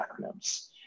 acronyms